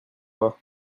bas